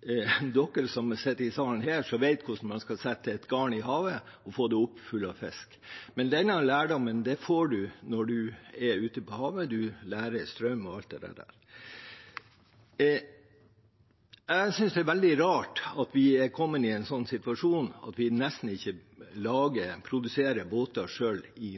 de som sitter i salen her, som vet hvordan man skal sette et garn i havet og få det opp fullt av fisk. Denne lærdommen får man når man er ute på havet, man lærer om strømmer og alt det der. Jeg synes det er veldig rart at vi er kommet i en sånn situasjon at vi nesten ikke produserer båter selv i